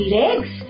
legs